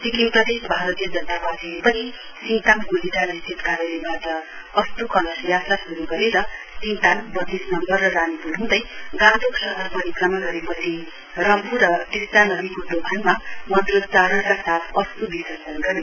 सिक्किम प्रदेश भारतीय जनता पार्टीले पनि सिङ्ताम गोलीटार स्थित कार्यालयबाट अस्तु कलश य़ात्रा शुरू गरेर सिङ्ताममा वत्तीस नम्बर र रानीपूल हुँदै गान्तोक शहर परिक्रमा गरेपछि रम्फू र टिस्टा नदीको दोभानमा मन्त्रोच्चारणका साथ अस्त् विसर्जन गर्यो